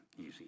easy